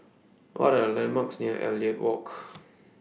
What Are The landmarks near Elliot Walk